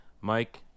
Mike